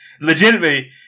Legitimately